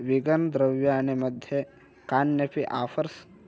vegan द्रव्याणि मध्ये कान्यपि आफ़र्स्